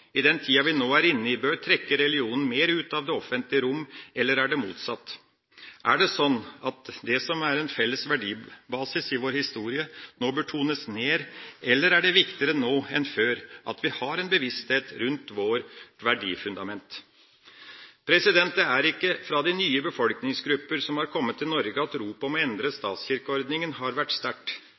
i den tida vi nå er inne i, bør trekke religionen mer ut av det offentlige rom, eller er det motsatt? Er det sånn at det som er en felles verdibasis i vår historie, nå bør tones ned, eller er det viktigere nå enn før at vi har en bevissthet rundt vårt verdifundament? Det er ikke fra de nye befolkningsgrupper som har kommet til Norge, at ropet om å endre statskirkeordning har vært sterkt.